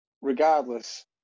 Regardless